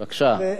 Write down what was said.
בבקשה.